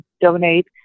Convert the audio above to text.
donate